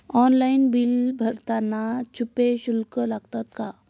Online bill भरताना छुपे शुल्क लागतात का?